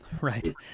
Right